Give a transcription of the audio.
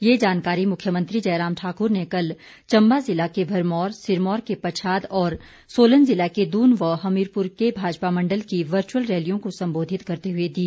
ये जानकारी मुख्यमंत्री जयराम ठाक्र ने कल चम्बा जिला के भरमौर सिरमौर के पच्छाद और सोलन जिला के दून व हमीरपुर के भाजपा मंडल की वर्चुअल रैलियों को सम्बोधित करते हुए दी